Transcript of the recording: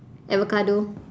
avocado